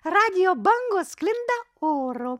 radijo bangos sklinda oru